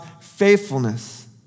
faithfulness